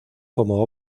como